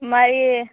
మరి